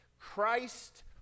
Christ